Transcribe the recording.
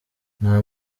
nta